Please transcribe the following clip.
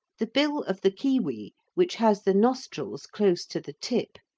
the bill of the kiwi, which has the nostrils close to the tip,